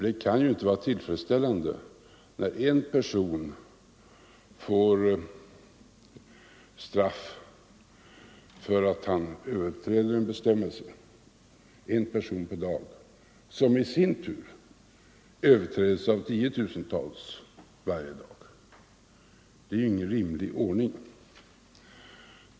Det kan inte vara tillfredsställande när en person per dag ådöms straff för brott mot en bestämmelse, som i sin tur överträds av tiotusentals personer varje dag. Det är ingen rimlig ordning.